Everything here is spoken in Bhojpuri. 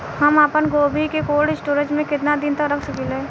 हम आपनगोभि के कोल्ड स्टोरेजऽ में केतना दिन तक रख सकिले?